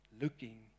looking